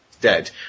dead